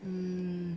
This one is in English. hmm